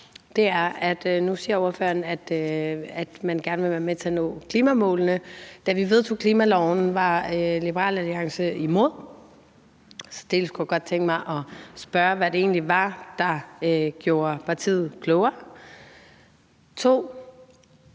nu siger ordføreren, at man gerne vil være med til at nå klimamålene. Da vi vedtog klimaloven, var Liberal Alliance imod, så jeg kunne godt tænke mig at spørge, hvad det egentlig var, der gjorde partiet klogere. Det